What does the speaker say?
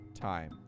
Time